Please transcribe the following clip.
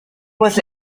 was